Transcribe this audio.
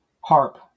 harp